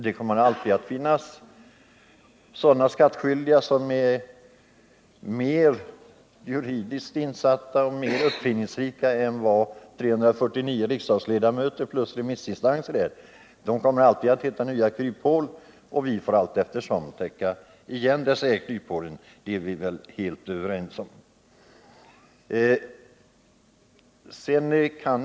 Det kommer alltid att finnas skattskyldiga som är juridiskt mer insatta och mer uppfinningsrika än vad 349 riksdagsledamöter plus remissinstanser är. De kommeralltid att hitta nya kryphål, som vi får täppa till allteftersom. Jag antar att vi är helt överens om den saken.